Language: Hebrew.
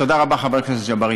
תודה רבה, חבר הכנסת ג'בארין.